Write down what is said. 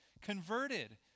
converted